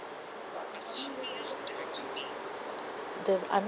the I'm